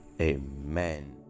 Amen